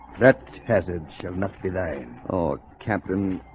that hazard sort of not delay oh captain.